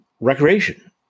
recreation